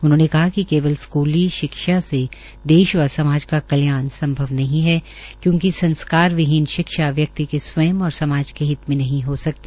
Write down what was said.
उन्होंने कहा कि केवल स्कूली शिक्षा से देश व समाज का कल्याण संभव नही है क्योंकि संस्कारविहीन शिक्षा व्यक्ति के स्वंय और समाज के हित में नही हो सकती